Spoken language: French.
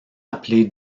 appelées